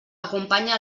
acompanya